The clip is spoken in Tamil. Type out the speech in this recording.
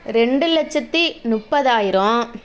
ரெண்டு லட்சத்தி முப்பதாயிரோம்